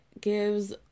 gives